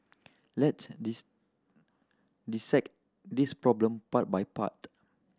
let's dis dissect this problem part by part